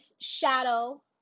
shadow